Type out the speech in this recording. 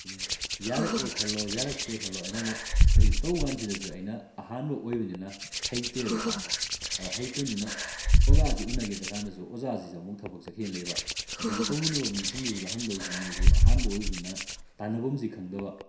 ꯌꯥꯔꯛꯑꯦ ꯈꯜꯂꯣ ꯌꯥꯔꯛꯇ꯭ꯔꯦ ꯈꯜꯂꯣ ꯑꯩꯅ ꯑꯃꯨꯛ ꯃꯁꯤ ꯇꯧ ꯀꯥꯟꯁꯤꯗꯁꯨ ꯑꯩꯅ ꯑꯍꯥꯟꯕ ꯑꯣꯏꯕꯅꯤꯅ ꯍꯩꯇꯦꯕ ꯏꯁꯥꯁꯦ ꯑꯗ ꯍꯩꯇ꯭ꯔꯥꯕꯅꯤꯅ ꯑꯣꯖꯥꯁꯤ ꯎꯅꯥꯒꯦ ꯆꯠ ꯀꯥꯟꯗꯁꯨ ꯑꯣꯖꯥꯁꯤꯁꯨ ꯑꯃꯨꯛ ꯊꯕꯛ ꯆꯠꯈꯤꯅ ꯂꯩꯕ ꯑꯗꯒꯤ ꯇꯧꯃꯤꯟꯅꯕ ꯃꯤꯁꯤꯡꯗꯨꯗ ꯍꯪꯗꯧꯁꯨ ꯃꯣꯏꯁꯨ ꯑꯍꯥꯟꯕ ꯑꯣꯏꯕꯅꯤꯅ ꯇꯥꯟꯅꯐꯝꯁꯤ ꯈꯪꯗꯕ